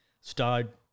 start